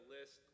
list